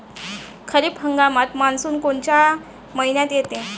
खरीप हंगामात मान्सून कोनच्या मइन्यात येते?